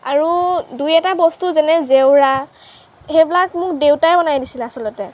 আৰু দুই এটা বস্তু যেনে জেওৰা সেইবিলাক মোক দেউতাই বনাই দিছিলে আচলতে